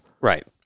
Right